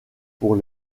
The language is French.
pour